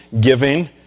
giving